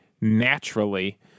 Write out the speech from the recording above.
naturally